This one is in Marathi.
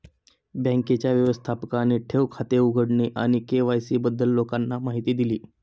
बँकेच्या व्यवस्थापकाने ठेव खाते उघडणे आणि के.वाय.सी बद्दल लोकांना माहिती दिली